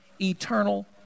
eternal